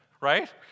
Right